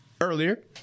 earlier